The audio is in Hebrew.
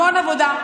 המון עבודה,